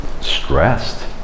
stressed